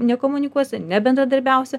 nekomunikuosi nebendradarbiausi